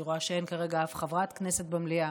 אני רואה שאין כרגע אף חברת כנסת במליאה,